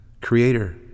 Creator